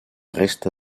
resta